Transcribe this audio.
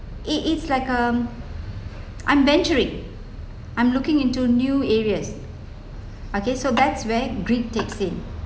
it it's like a um I'm venturing I'm looking into new areas okay so that's where greed takes in